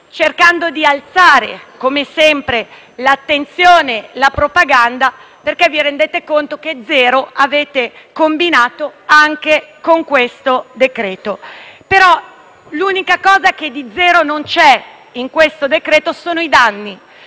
cercando di alzare, come sempre, l'attenzione e la propaganda perché vi rendete conto che zero avete combinato anche con questo decreto-legge. L'unica cosa che non è pari a zero in questo provvedimento sono i danni